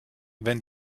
wenn